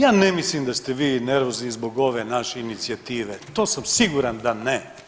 Ja ne mislim da ste vi nervozni zbog ove naše inicijative, to sam siguran da ne.